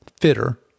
fitter